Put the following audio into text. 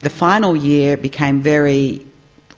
the final year became very